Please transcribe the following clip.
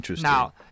Now